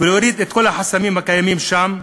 ולהוריד את כל החסמים הקיימים שם,